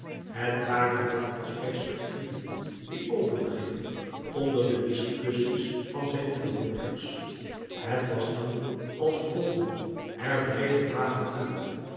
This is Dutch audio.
het waren dan als perspectieven die opengingen onder de discussies van zijn toehoorders het was dan als rolden er breede banen uit